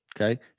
Okay